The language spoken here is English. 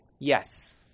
yes